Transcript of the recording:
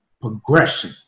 Progression